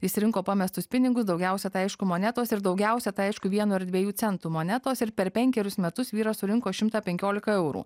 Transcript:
jis rinko pamestus pinigus daugiausia tai aišku monetos ir daugiausia tai aišku vieno ar dviejų centų monetos ir per penkerius metus vyras surinko šimtą penkiolika eurų